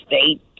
state